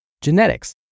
Genetics